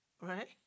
right